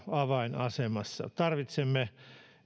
avainasemassa tarvitsemme